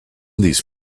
these